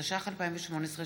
התשע"ח 2018,